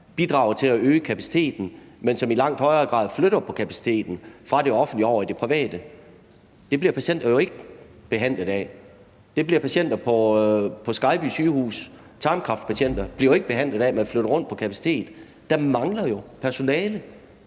bidrager til at øge kapaciteten, men som i langt højere grad flytter på kapaciteten fra det offentlige over i det private? Det bliver patienter jo ikke behandlet af. Patienter på Skejby Sygehus, tarmkræftpatienter, bliver jo ikke behandlet af, at man flytter rundt på kapaciteten. Der mangler jo personale.